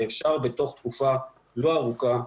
אפשר בתוך תקופה לא ארוכה,